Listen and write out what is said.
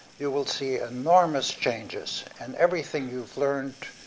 you will see enormous changes, and everything you've learned